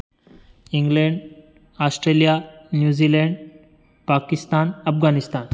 England Australia New Zealand Pakistan Afghanistan